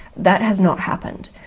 that has not happened.